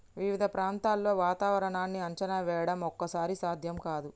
వివిధ ప్రాంతాల్లో వాతావరణాన్ని అంచనా వేయడం ఒక్కోసారి సాధ్యం కాదు